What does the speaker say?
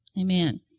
Amen